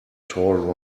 tall